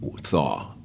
thaw